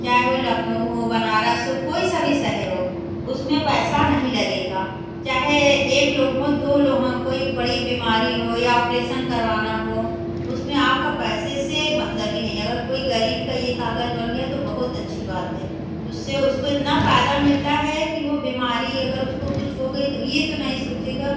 चाहे वह लखनऊ हो बनारस हो कोई सा भी शहर हो उसमें पैसा नहीं लगेगा चाहे एक लोग हों दो लोग हों कोई बड़ी बिमारी हो या ऑपरेसन करवाना हो उसमें आपका पैसे से मतलब ही नहीं है अगर कोई ग़रीब का यह काग़ज़ बन गया तो बहुत अच्छी बात है उससे उसको इतना फ़ायदा मिलता है कि वह बिमारी अगर उसको कुछ हो गई तो यह तो नहीं सोचिएगा